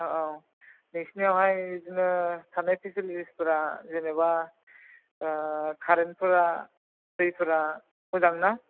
औ नोंसिनियावहाय बिदिनो थानाय फेसिलिथिस फोरा जेनोबा खारेनफोरा दैफ्रा मोजां ना